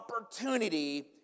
opportunity